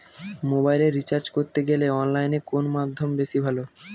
মোবাইলের রিচার্জ করতে গেলে অনলাইনে কোন মাধ্যম বেশি ভালো?